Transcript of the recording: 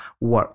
work